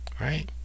right